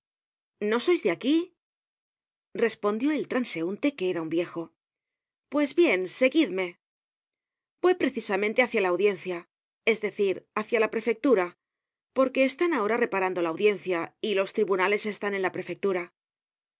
no sois de aquí respondió el transeunte que era un viejo pues bien seguidme voy precisamente hácia la audiencia es decir hácia la prefectura porque están ahora reparando la audiencia y los tribunales están en la prefectura